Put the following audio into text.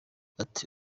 ati